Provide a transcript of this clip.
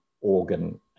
organ